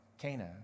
Cana